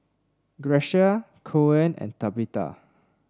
Grecia Coen and Tabitha